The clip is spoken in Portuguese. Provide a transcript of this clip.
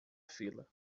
fila